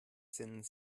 sind